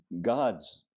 god's